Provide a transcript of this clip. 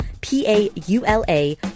P-A-U-L-A